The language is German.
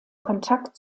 kontakt